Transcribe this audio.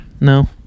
No